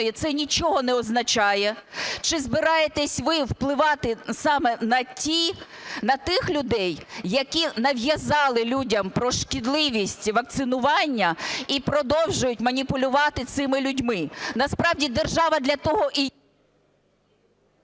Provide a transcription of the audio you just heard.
це нічого не означає. Чи збираєтесь ви впливати саме на тих людей, які нав'язали людям про шкідливість вакцинування і продовжують маніпулювати цими людьми. Насправді держава для того і…